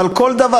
אבל כל דבר,